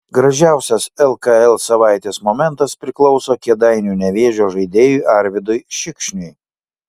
gražiausias lkl savaitės momentas priklauso kėdainių nevėžio žaidėjui arvydui šikšniui